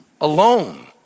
alone